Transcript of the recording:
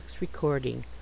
recording